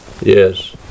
Yes